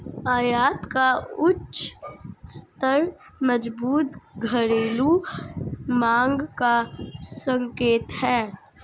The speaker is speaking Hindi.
आयात का उच्च स्तर मजबूत घरेलू मांग का संकेत है